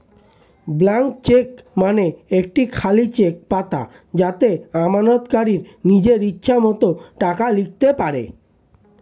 blank cheque মানে একটি খালি চেক পাতা যাতে আমানতকারী নিজের ইচ্ছে মতো টাকা লিখতে পারে